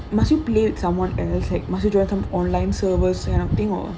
can you must you play with someone else like must you join some online server that kind of thing or